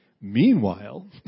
Meanwhile